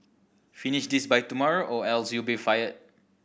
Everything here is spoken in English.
finish this by tomorrow or else you'll be fired